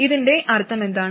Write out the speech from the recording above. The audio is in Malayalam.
ഇതിന്റെ അർത്ഥമെന്താണ്